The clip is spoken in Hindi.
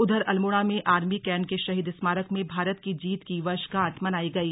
उधर अल्मोड़ा में आर्मी केँट के शहीद स्मारक में भारत की जीत की वर्षगांठ मनायी गयी